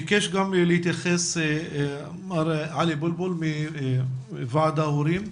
ביקש גם להתייחס מר עלי בולבול מוועד ההורים.